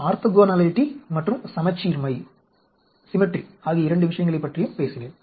orthogonality மற்றும் சமச்சீர்மை ஆகிய இரண்டு விஷயங்களைப் பற்றியும் பேசினேன்